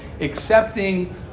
accepting